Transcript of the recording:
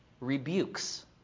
rebukes